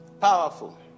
Powerful